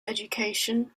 education